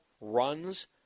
runs